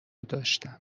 داشتم